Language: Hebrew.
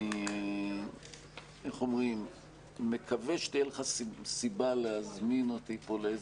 אני באופן אישי מאמין שלמשרד להשכלה גבוהה צריך היה